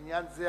לעניין זה,